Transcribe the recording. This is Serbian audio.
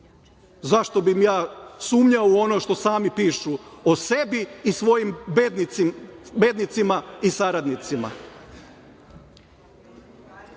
Zašto bih ja sumnjao u ono što sami pišu o sebi i svojim bednicima i saradnicima? Ovo